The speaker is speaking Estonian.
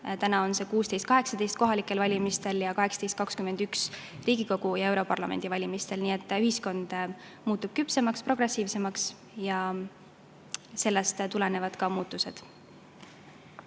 Täna on see 16 ja 18 kohalikel valimistel ning 18 ja 21 Riigikogu ja europarlamendi valimistel. Nii et ühiskond muutub küpsemaks, progressiivsemaks. Sellest tulenevad ka muutused.